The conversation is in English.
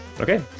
Okay